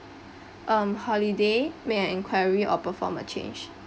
um holiday make an inquiry or perform a change